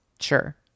sure